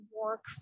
Work